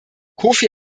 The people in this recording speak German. kofi